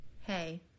Hey